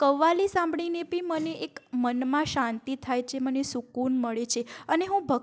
કવ્વાલી સાંભળીને બી મને એક મનમાં શાંતિ થાય છે મને સુકુન મળે છે